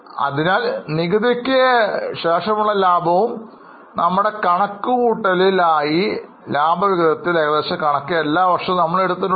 അതിനാൽ നികുതിക്ക് ശേഷമുള്ള ലാഭവും നമ്മുടെ കണക്കുകൂട്ടലിൽ ആയി ലാഭവിഹിതത്തിൽ ഏകദേശ കണക്ക് എല്ലാ വർഷവും നമ്മൾ എടുത്തിട്ടുണ്ട്